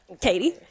Katie